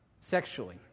sexually